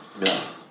yes